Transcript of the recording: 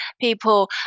people